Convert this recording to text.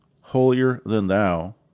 holier-than-thou